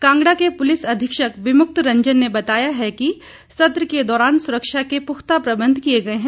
कांगड़ा के पुलिस अधीक्षक विमुक्त रंजन ने बताया है कि सत्र के दौरान सुरक्षा के पुख्ता प्रबंध किए गए हैं